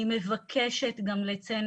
אני מבקשת גם לציין,